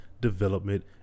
development